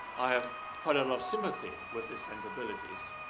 i have quite a lot of sympathy with his sensibilities.